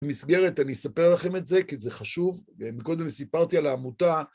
במסגרת אני אספר לכם את זה, כי זה חשוב, ומקודם סיפרתי על העמותה.